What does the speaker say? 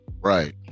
right